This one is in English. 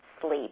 sleep